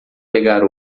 pegar